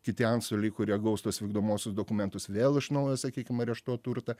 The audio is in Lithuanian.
kiti antstoliai kurie gaus tuos vykdomuosius dokumentus vėl iš naujo sakykim areštuot turtą